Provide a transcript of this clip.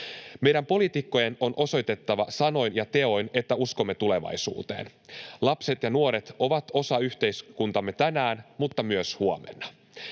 Meidän poliitikkojen on osoitettava sanoin ja teoin, että uskomme tulevaisuuteen. Lapset ja nuoret ovat osa yhteiskuntaamme tänään, mutta myös huomenna.